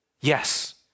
yes